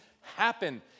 happen